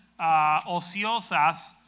Ociosas